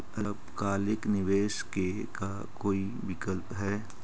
अल्पकालिक निवेश के का कोई विकल्प है?